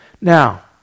Now